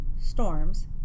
Storms